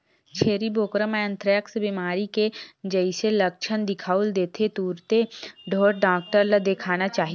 छेरी बोकरा म एंथ्रेक्स बेमारी के जइसे लक्छन दिखउल देथे तुरते ढ़ोर डॉक्टर ल देखाना चाही